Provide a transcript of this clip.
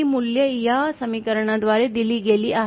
ही मूल्ये या समीकरणाद्वारे दिली गेली आहेत